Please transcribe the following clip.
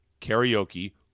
karaoke